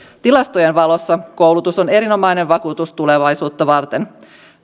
tilastojen valossa koulutus on erinomainen vakuutus tulevaisuutta varten